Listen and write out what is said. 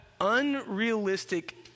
unrealistic